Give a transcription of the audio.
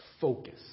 focus